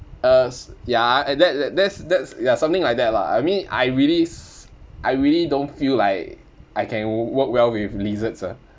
uh s~ ya and that that that's that's ya something like that lah I mean I really s~ I really don't feel like I can work well with lizards ah